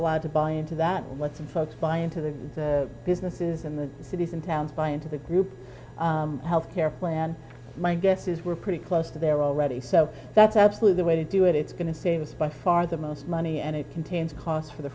allowed to buy into that let some folks buy into the businesses in the cities and towns buy into the group health care plan my guess is we're pretty close there already so that's absolute the way to do it it's going to save us by far the most money and it contains costs for the